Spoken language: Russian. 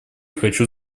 хочу